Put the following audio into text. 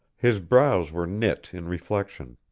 his brows were knit in reflection.